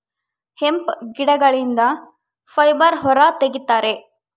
hemp ಗಿಡಗಳಿಂದ fibre ಹೊರ ತಗಿತರೆ